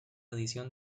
adición